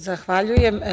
Zahvaljujem.